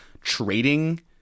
trading